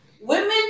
women